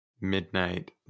Midnight